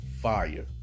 Fire